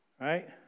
right